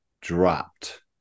dropped